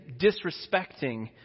disrespecting